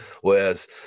whereas